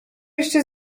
jeszcze